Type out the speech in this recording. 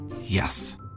Yes